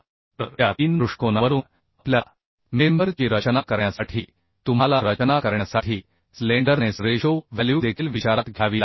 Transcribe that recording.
तर त्या तीन दृष्टिकोनांवरून आपल्याला मेंबर ची रचना करण्यासाठी तुम्हाला रचना करण्यासाठी स्लेंडरनेस रेशो व्हॅल्यू देखील विचारात घ्यावी लागेल